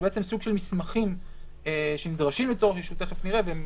זה סוג של מסמכים שנדרשים לצורך אישור אולי הם